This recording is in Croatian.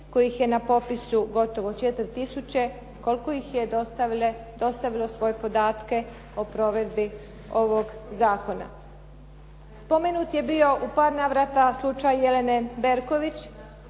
kojih je na popisu gotovo 4 tisuće, koliko ih je dostavilo svoje podatke o provedbi ovog zakona. Spomenut je bio u par navrata slučaj Jelene Berković,